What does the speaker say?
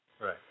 Right